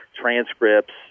transcripts